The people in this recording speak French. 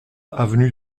avenue